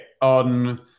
on